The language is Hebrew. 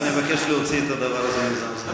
אז אני מבקש להוציא את הדבר הזה.